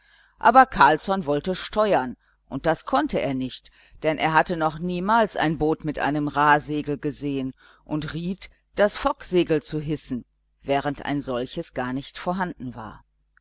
aber carlsson wollte steuern und das konnte er nicht denn er hatte noch niemals ein boot mit einem rahsegel gesehen und riet das focksegel zu hissen während ein solches gar nicht vorhanden war